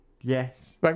Yes